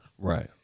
Right